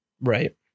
Right